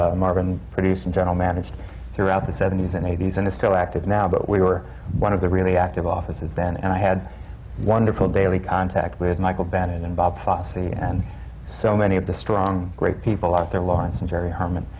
ah marvin produced and general managed throughout the seventies and eighties, and is still active now, but we were one of the really active offices then. and i had wonderful daily contact with michael bennett and bob fosse and so many of the strong, great people. arthur laurents and jerry herman.